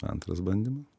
antras bandyma